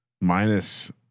minus